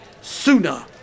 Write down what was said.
Sooner